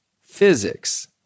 physics